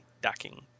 docking